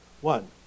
One